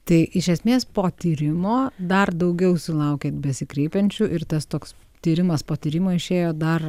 tai iš esmės po tyrimo dar daugiau sulaukiat besikreipiančių ir tas toks tyrimas po tyrimo išėjo dar